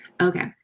Okay